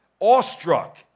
awestruck